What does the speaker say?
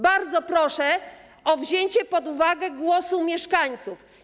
Bardzo proszę o wzięcie pod uwagę głosu mieszkańców.